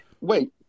Wait